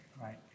Right